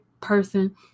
person